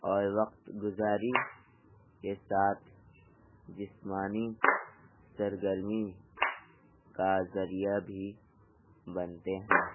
اور وقت گزاری کے ساتھ جسمانی سرگرمی کا ذریعہ بھی بنتے ہیں